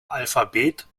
alphabet